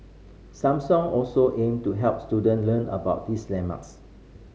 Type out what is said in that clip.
Samsung also aim to help student learn about these landmarks